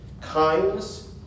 kindness